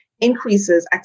increases